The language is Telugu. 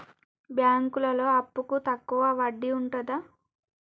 బ్యాంకులలో అప్పుకు తక్కువ వడ్డీ ఉంటదా?